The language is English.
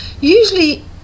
usually